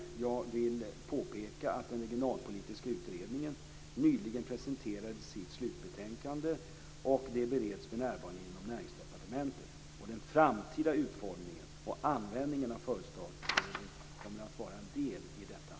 Jag vill dock påpeka att den regionalpolitiska utredningen nyligen presenterade sitt slutbetänkande, och det bereds för närvarande inom Näringsdepartementet. Den framtida utformningen och användningen av företagsstöden kommer att vara en del i detta arbete.